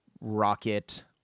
rocket